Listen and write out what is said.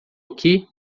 aqui